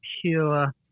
pure